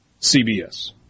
CBS